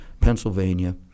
Pennsylvania